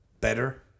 better